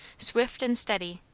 swift and steady,